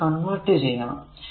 അതിനെ കൺവെർട് ചെയ്യണം